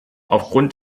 aufgrund